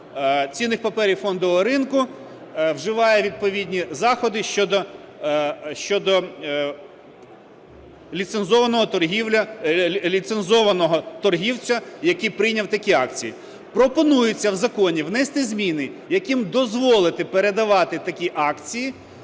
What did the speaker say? цінних паперів фондового ринку вживає відповідні заходи щодо ліцензованого торгівця, який прийняв такі акції. Пропонується в законі внести зміни яким дозволити передавати такі акції